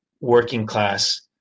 working-class